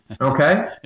Okay